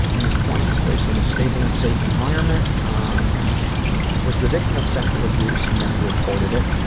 and his twenties, raised in as stable and safe environment. um was the victim of sexual abuse and never reported it.